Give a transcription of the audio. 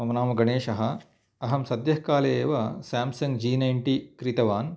मम नाम गणेशः अहं सद्यकाले एव सेम्सङ्ग् जी नयण्टि क्रीतवान्